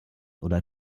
oder